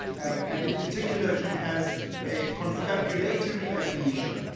and in particular he has a confabulatory amnesia,